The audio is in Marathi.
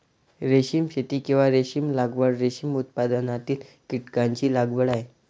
रेशीम शेती, किंवा रेशीम लागवड, रेशीम उत्पादनातील कीटकांची लागवड आहे